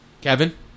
Kevin